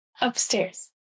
upstairs